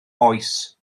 oes